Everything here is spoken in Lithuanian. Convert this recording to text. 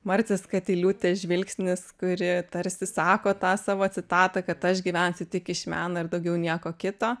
marcės katiliūtės žvilgsnis kuri tarsi sako tą savo citatą kad aš gyvensiu tik iš meno ir daugiau nieko kito